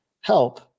help